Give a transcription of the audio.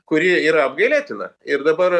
kuri yra apgailėtina ir dabar